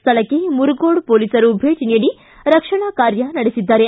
ಸ್ಥಳಕ್ಕೆ ಮುರಗೋಡ ಪೊಲೀಸರು ಭೇಟ ನೀಡಿ ರಕ್ಷಣಾ ಕಾರ್ಯ ನಡೆಸಿದ್ದಾರೆ